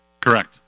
Correct